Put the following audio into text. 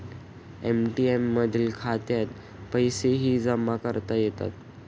ATM मधील खात्यात पैसेही जमा करता येतात